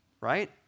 right